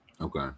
Okay